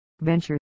venture